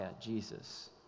Jesus